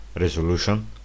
resolution